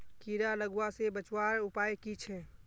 कीड़ा लगवा से बचवार उपाय की छे?